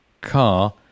car